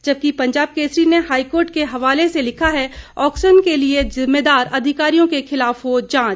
जबकि पंजाब केसरी ने हाईकोर्ट के हवाले से लिखा है ऑक्शन के लिए जिम्मेदार अधिकारियों के खिलाफ हो जांच